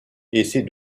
essaie